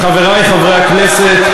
חברי הכנסת,